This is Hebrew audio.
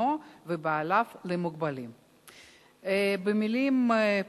פניה קירשנבאום ורוברט אילטוב,